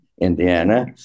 Indiana